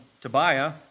Tobiah